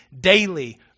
daily